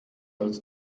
als